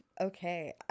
Okay